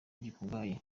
gikungahaye